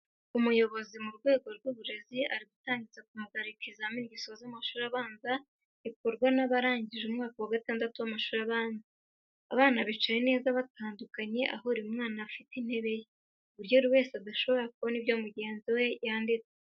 Umuyobozi mu rwego rw'uburezi ari gutangiza ku mugaragaro ikizami gisoza amashuri abanza gikorwa n'abarangije umwaka wa gatandatu w'amashuri abanza. Abana bicaye neza batandukanye aho buri mwana afite intebe ye, ku buryo buri wese adashobora kubona ibyo mugenzi we yanditse.